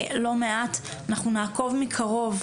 אנחנו נעקוב מקרוב,